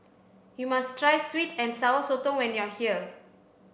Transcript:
you must try sweet and sour sotong when you are here